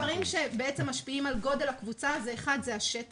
שני הדברים שמשפיעים על גודל הקבוצה: א' זה השטח,